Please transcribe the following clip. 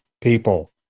people